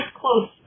close